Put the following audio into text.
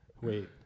wait